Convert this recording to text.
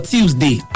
Tuesday